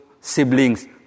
siblings